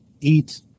eat